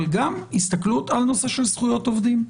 אבל גם הסתכלות על נושא של זכויות עובדים.